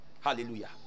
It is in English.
Hallelujah